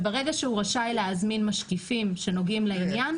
ברגע שהוא רשאי להזמין משקיפים שנוגעים לעניין.